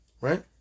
right